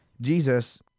Jesus